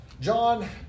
John